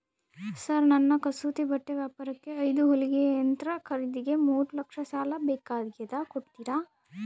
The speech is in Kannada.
ಸರ್ ನನ್ನ ಕಸೂತಿ ಬಟ್ಟೆ ವ್ಯಾಪಾರಕ್ಕೆ ಐದು ಹೊಲಿಗೆ ಯಂತ್ರ ಖರೇದಿಗೆ ಮೂರು ಲಕ್ಷ ಸಾಲ ಬೇಕಾಗ್ಯದ ಕೊಡುತ್ತೇರಾ?